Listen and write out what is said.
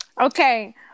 Okay